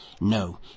No